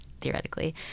theoretically